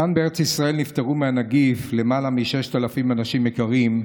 כאן בארץ ישראל נפטרו מהנגיף למעלה מ-6,000 אנשים יקרים,